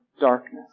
darkness